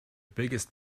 biggest